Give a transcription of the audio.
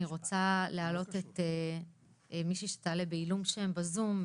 אני רוצה להעלות מישהי, שתעלה בעילום שם בזום.